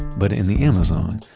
but in the amazon,